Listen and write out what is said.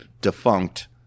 defunct